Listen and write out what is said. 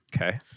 Okay